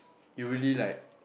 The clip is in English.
you really like